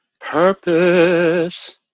Purpose